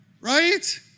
Right